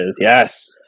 yes